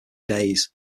days